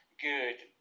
good